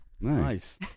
nice